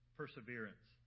perseverance